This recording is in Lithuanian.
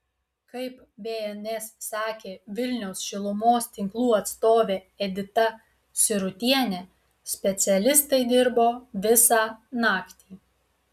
kaip bns sakė vilniaus šilumos tinklų atstovė edita sirutienė specialistai dirbo visą naktį